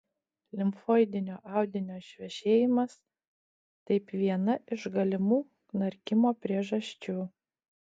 limfoidinio audinio išvešėjimas taip viena iš galimų knarkimo priežasčių